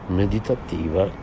meditativa